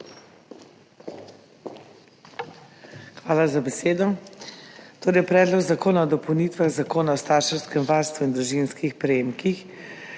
Hvala za besedo. Predlog zakona o dopolnitvah Zakona o starševskem varstvu in družinskih prejemkih